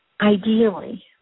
Ideally